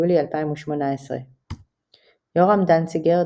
יולי 2018 יורם דנציגר,